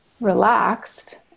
relaxed